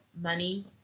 money